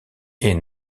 est